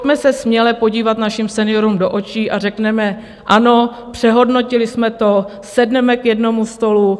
Pojďme se směle podívat našim seniorům do očí a řekněme ano, přehodnotili jsme to, sedneme k jednomu stolu.